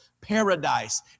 paradise